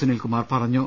സുനിൽകുമാർ പറഞ്ഞു